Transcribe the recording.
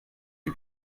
lui